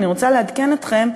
אני רוצה לעדכן אתכם,